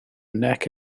neck